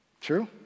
true